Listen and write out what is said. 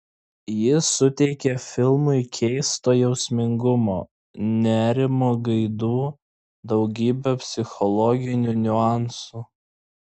ji suteikia filmui keisto jausmingumo nerimo gaidų daugybę psichologinių niuansų